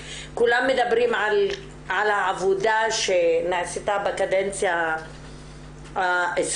כולם מדברים על העבודה שנעשתה בקדנציה ה-20,